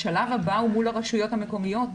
השלב הבא הוא מול הרשויות המקומיות,